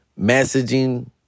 messaging